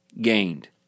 gained